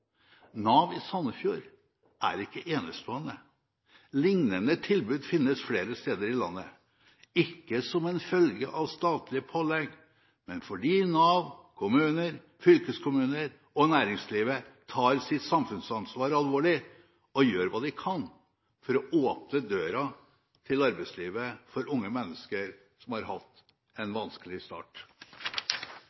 Nav i Sandefjord er ikke enestående. Lignende tilbud finnes flere steder i landet, ikke som en følge av statlige pålegg, men fordi Nav, kommuner, fylkeskommuner og næringslivet tar sitt samfunnsansvar alvorlig og gjør hva de kan for å åpne døra til arbeidslivet for unge mennesker som har hatt en